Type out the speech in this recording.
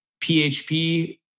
PHP